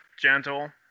gentle